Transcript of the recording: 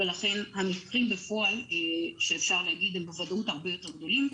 ולכן המקרים בפועל שאפשר להגיד בוודאות הם הרבה יותר גדולים.